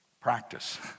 Practice